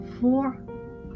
four